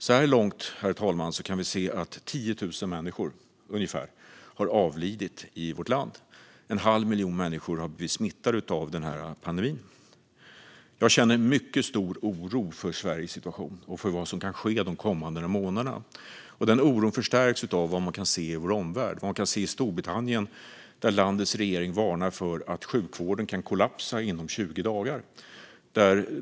Så här långt har ungefär 10 000 människor avlidit i vårt land, och en halv miljon människor har blivit smittade av pandemin. Jag känner mycket stor oro för Sveriges situation och för vad som kan ske de kommande månaderna. Den oron förstärks av vad man kan se i vår omvärld. I Storbritannien varnar landets regering för att sjukvården kan kollapsa inom 20 dagar.